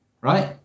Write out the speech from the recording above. right